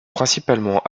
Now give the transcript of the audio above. principalement